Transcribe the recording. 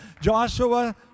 Joshua